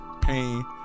pain